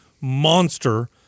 monster